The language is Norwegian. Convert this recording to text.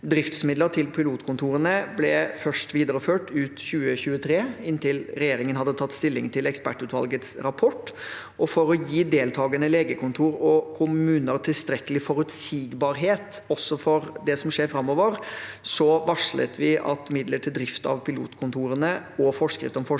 Driftsmidler til pilotkontorene ble først videreført ut 2023, inntil regjeringen hadde tatt stilling til ekspertutvalgets rapport. For å gi deltakende legekontor og kommuner tilstrekkelig forutsigbarhet også for det som skjer framover, varslet vi at midler til drift av pilotkontorene og forskrift om forsøksordning